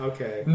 Okay